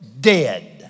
dead